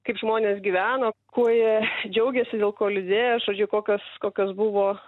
kaip žmonės gyveno kuo jie džiaugėsi dėl ko liūdėjo žodžiu kokios kokios buvo